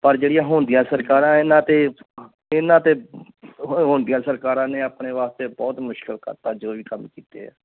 ਪਰ ਜਿਹੜੀਆਂ ਹੁਣ ਦੀਆਂ ਸਰਕਾਰਾਂ ਇਹਨਾਂ ਤਾਂ ਇਹਨਾਂ ਤਾਂ ਹੁਣ ਦੀਆਂ ਸਰਕਾਰਾਂ ਨੇ ਆਪਣੇ ਵਾਸਤੇ ਬਹੁਤ ਮੁਸ਼ਕਿਲ ਕਰਤਾ ਜੋ ਵੀ ਕੰਮ ਕੀਤੇ ਆ